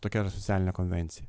tokia yra socialinė konvencija